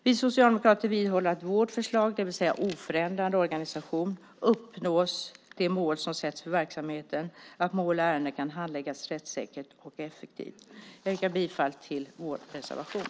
Vi socialdemokrater vidhåller att med vårt förslag, det vill säga en oförändrad organisation, uppnås det mål som sätts för verksamheten att mål och ärenden kan handläggas rättssäkert och effektivt. Jag yrkar bifall till vår reservation.